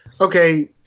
okay